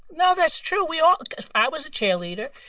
no, that's true. we all i was a cheerleader.